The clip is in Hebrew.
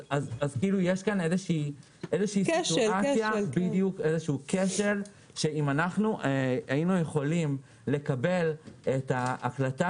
אז יש כאן איזשהו כשל שאם אנחנו היינו יכולים לקבל את ההקלטה